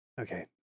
Okay